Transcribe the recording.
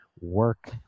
work